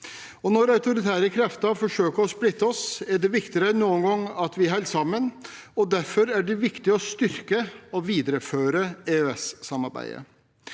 Når autoritære krefter forsøker å splitte oss, er det viktigere enn noen gang at vi holder sammen, og derfor er det viktig å styrke og videreføre EØS-samarbeidet.